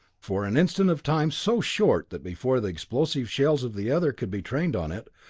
for an instant of time so short that before the explosive shells of the other could be trained on it,